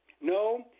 no